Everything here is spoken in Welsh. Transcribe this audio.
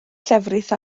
llefrith